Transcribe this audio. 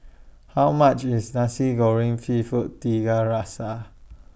How much IS Nasi Goreng Seafood Tiga Rasa